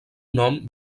nom